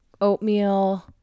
Oatmeal